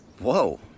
Whoa